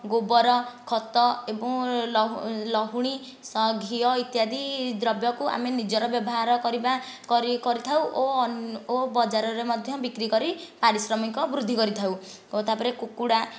ଗୋବର ଖତ ଏଵଂ ଲହୁ ଲହୁଣୀ ସ ଘିଅ ଇତ୍ୟାଦି ଦ୍ରବ୍ୟକୁ ଆମେ ନିଜର ବ୍ୟବହାର କରିବା କରି କରିଥାଉ ଓ ବଜାରରେ ମଧ୍ୟ ବିକ୍ରି କରି ପାରିଶ୍ରମିକ ବୃଦ୍ଧି କରିଥାଉ ଓ ତାପରେ କୁକୁଡ଼ା